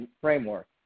framework